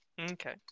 Okay